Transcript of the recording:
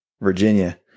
Virginia